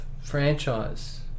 franchise